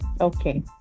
Okay